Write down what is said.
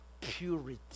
purity